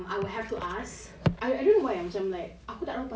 ya and its like